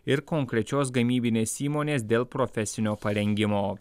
ir konkrečios gamybinės įmonės dėl profesinio parengimo